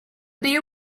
beer